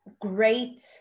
great